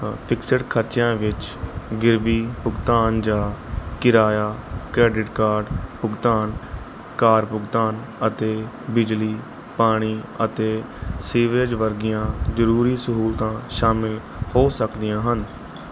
fixed ਖਰਚਿਆਂ ਵਿੱਚ ਗਿਰਵੀ ਭੁਗਤਾਨ ਜਾਂ ਕਿਰਾਇਆ ਕ੍ਰੈਡਿਟ ਕਾਰਡ ਭੁਗਤਾਨ ਕਾਰ ਭੁਗਤਾਨ ਅਤੇ ਬਿਜਲੀ ਪਾਣੀ ਅਤੇ ਸੀਵਰੇਜ ਵਰਗੀਆਂ ਜ਼ਰੂਰੀ ਸਹੂਲਤਾਂ ਸ਼ਾਮਿਲ ਹੋ ਸਕਦੀਆਂ ਹਨ